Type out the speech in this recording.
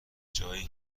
جایی